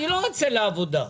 אני לא אצא לעבודה".